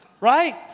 right